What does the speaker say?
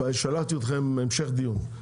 זה המשך דיון.